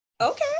okay